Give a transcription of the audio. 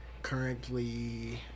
Currently